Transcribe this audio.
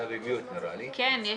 אתה